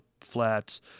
flats